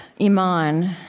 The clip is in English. Iman